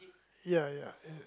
ya ya